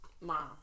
mom